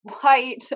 white